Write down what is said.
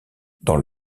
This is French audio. dans